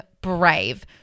brave